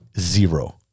Zero